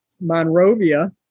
Monrovia